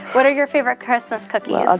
what are your favorite christmas cookies? i'll